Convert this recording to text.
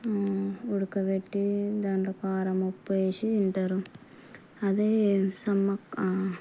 ఉడకబెట్టి దానిలో కారం ఉప్పు వేసి తింటారు అదే సమ్మక్క